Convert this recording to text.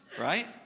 right